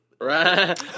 Right